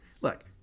look